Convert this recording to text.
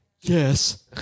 Yes